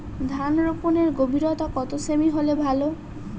ধান রোপনের গভীরতা কত সেমি হলে ভালো?